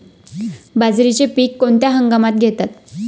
बाजरीचे पीक कोणत्या हंगामात घेतात?